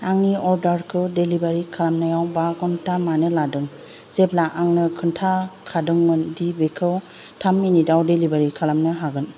आंनि अर्डार खौ डेलिबारि खालामनायाव बा घन्टा मानो लादों जेब्ला आंनो खोनथाखादोंमोन दि बेखौ थाम मिनिटाव डेलिबारि खालामनो हागोन